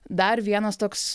dar vienas toks